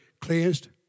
cleansed